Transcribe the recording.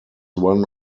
one